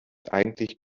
eigentlich